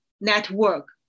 network